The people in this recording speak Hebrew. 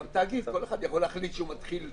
גם תאגיד כל אחד יכול להחליט שהוא מתחיל.